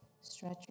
stretch